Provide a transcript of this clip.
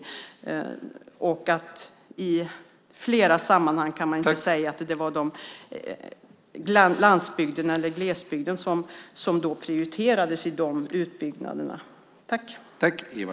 Men i flera sammanhang var det landsbygd och glesbygd som prioriterades vid utbyggnaderna.